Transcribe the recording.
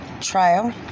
trial